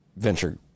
venture